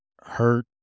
hurt